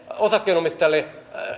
osakkeenomistajille